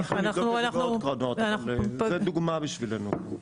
זו דוגמה בשבילנו.